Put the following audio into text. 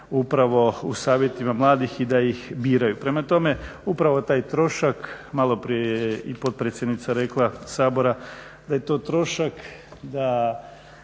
upravo u savjetima mladih i da ih biraju. Prema tome upravo taj trošak, maloprije je i potpredsjednica Sabora rekla da je to trošak da